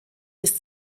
bis